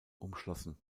umschlossen